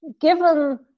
given